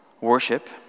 worship